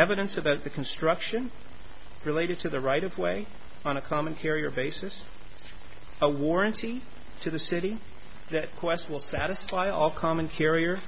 evidence about the construction related to the right of way on a common carrier basis a warranty to the city that qwest will satisfy all common carrier